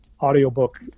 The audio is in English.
audiobook